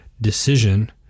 decision